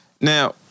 Now